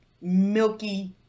milky